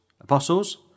apostles